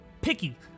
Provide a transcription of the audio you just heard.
picky